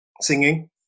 singing